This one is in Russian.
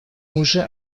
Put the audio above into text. уже